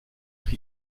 nach